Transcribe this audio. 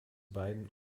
beiden